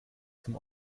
zum